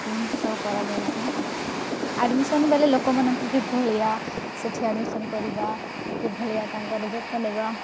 ଜିନିଷ କରାଯାଉଛି ଆଡ଼ମିସନ ବେଲେ ଲୋକମାନଙ୍କୁ କି ଭଳିଆ ସେଠି ଆଡ଼ମିସନ କରିବା କି ଭଳିଆ ତାଙ୍କର ଯତ୍ନ ନେବା